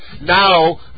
now